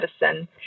medicine